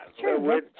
sure